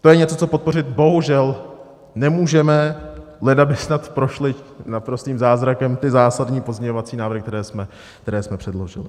To je něco, co podpořit bohužel nemůžeme, leda by snad prošly naprostým zázrakem ty zásadní pozměňovací návrhy, které jsme předložili.